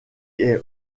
est